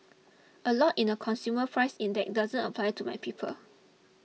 a lot in the consumer price index doesn't apply to my people